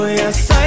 yes